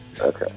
Okay